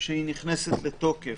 שהיא נכנסת לתוקף.